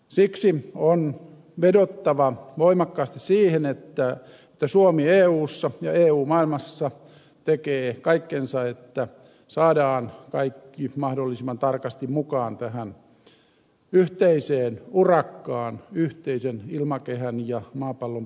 siksi on vedottava voimakkaasti siihen että suomi eussa ja eu maailmassa tekevät kaikkensa että saadaan kaikki mahdollisimman tarkasti mukaan tähän yhteiseen urakkaan yhteisen ilmakehän ja maapallon pelastamiseksi